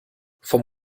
vom